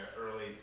early